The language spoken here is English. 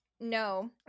No